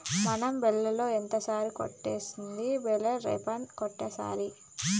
మనం బేల్తో ఎంతకాలం చుట్టిద్ది బేలే రేపర్ కొంటాసరి